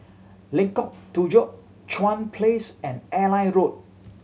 Lengkok Tujoh Chuan Place and Airline Road